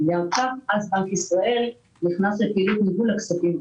שם אז בנק ישראל נכנס לפעילות ניהול הכספים.